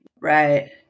Right